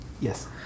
Yes